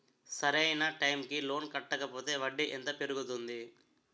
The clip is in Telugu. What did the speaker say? సరి అయినా టైం కి లోన్ కట్టకపోతే వడ్డీ ఎంత పెరుగుతుంది?